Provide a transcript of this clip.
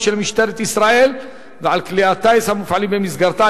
של משטרת ישראל ועל כלי הטיס המופעלים במסגרתה.